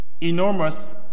enormous